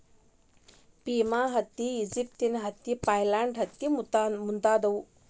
Pima ಹತ್ತಿ, Egyptian ಹತ್ತಿ, upland ಹತ್ತಿ ಮುಂತಾದವು